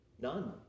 none